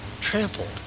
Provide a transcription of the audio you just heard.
trampled